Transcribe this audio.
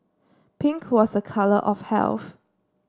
pink was a colour of health